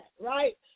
Right